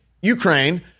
Ukraine